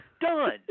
Done